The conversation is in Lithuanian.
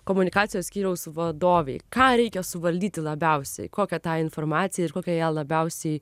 komunikacijos skyriaus vadovei ką reikia suvaldyti labiausiai kokią tą informaciją ir kokią ją labiausiai